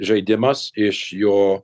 žaidimas iš jo